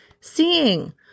seeing